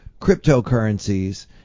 cryptocurrencies